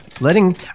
Letting